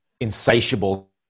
insatiable